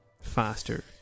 faster